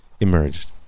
emerged